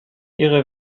ihre